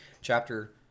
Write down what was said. chapter